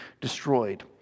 destroyed